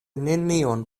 nenion